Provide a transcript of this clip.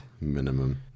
Minimum